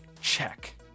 Check